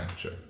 sure